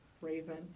Raven